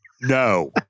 No